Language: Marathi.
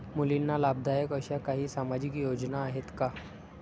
मुलींना लाभदायक अशा काही सामाजिक योजना आहेत का?